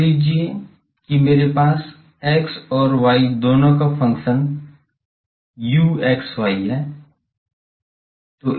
मान लीजिए कि मेरे पास x और y दोनों का फंक्शन u x y है